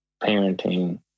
parenting